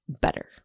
better